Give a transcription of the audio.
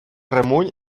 remull